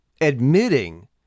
admitting